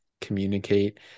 communicate